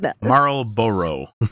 marlboro